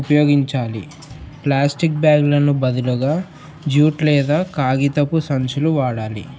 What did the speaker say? ఉపయోగించాలి ప్లాస్టిక్ బ్యాగ్లను బదులుగా జ్యూట్ లేదా కాగితపు సంచులు వాడాలి